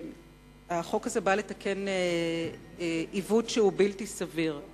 החוק הזה נועד לתקן עיוות שהוא בלתי סביר.